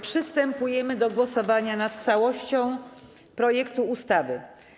Przystępujemy do głosowania nad całością projektu ustawy.